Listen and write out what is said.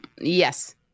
Yes